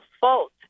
fault